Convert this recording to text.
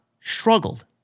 struggled